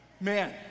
Man